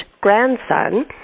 grandson